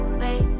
wait